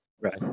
Right